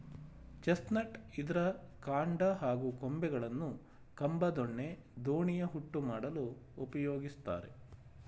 chestnut ಇದ್ರ ಕಾಂಡ ಹಾಗೂ ಕೊಂಬೆಗಳನ್ನು ಕಂಬ ದೊಣ್ಣೆ ದೋಣಿಯ ಹುಟ್ಟು ಮಾಡಲು ಉಪಯೋಗಿಸ್ತಾರೆ